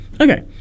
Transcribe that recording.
Okay